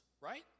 right